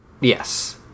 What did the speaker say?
yes